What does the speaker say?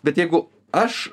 bet jeigu aš